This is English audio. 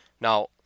now